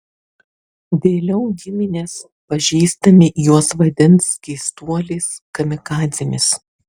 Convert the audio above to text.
vėliau giminės pažįstami juos vadins keistuoliais kamikadzėmis